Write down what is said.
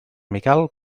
miquel